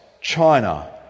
China